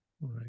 Right